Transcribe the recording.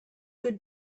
good